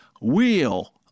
Wheel